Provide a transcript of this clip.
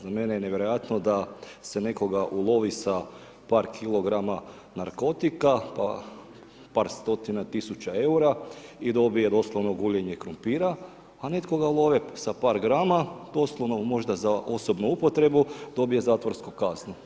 Za mene je nevjerojatno da se nekoga ulovi sa par kilograma narkotika, par stotina tisuća eura i dobije doslovno guljenje krumpira, a nekoga ulove sa par grama, ... možda za osobnu upotrebu, dobije zatvorsku kaznu.